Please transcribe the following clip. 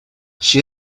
she